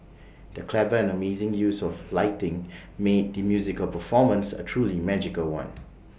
the clever and amazing use of lighting made the musical performance A truly magical one